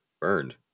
burned